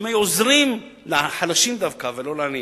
שהם היו עוזרים לחלשים דווקא ולא לעניים.